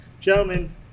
Gentlemen